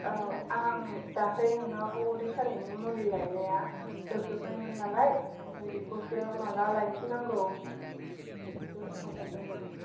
औ आं दाखालै नोंनाव उदै सानायनि मुलि लायनाया जोबजोब्बायमोन नालाय ओमफ्राय बेखौसो माब्ला लायफिननांगौ बेखौसो सोंहरदोंमोन